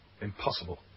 Impossible